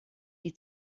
die